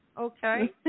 Okay